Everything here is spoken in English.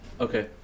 Okay